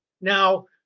Now